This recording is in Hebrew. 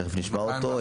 תיכף נשמע אותו,